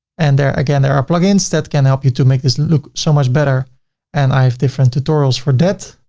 and again, there again, there are plugins that can help you to make this look so much better and i have different tutorials for that.